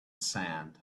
sand